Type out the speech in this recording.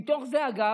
מתוך זה, אגב,